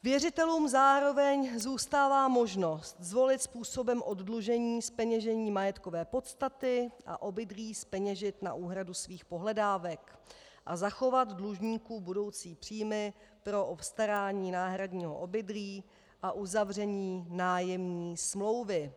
Věřitelům zároveň zůstává možnost zvolit způsobem oddlužení zpeněžení majetkové podstaty a obydlí zpeněžit na úhradu svých pohledávek a zachovat dlužníku budoucí příjmy pro obstarání náhradního obydlí a uzavření nájemní smlouvy.